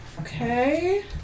Okay